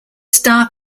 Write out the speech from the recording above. star